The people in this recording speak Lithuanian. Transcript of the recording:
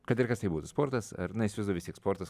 kad ir kas tai būtų sportas ar na įsivaizduoju vis tiek sportas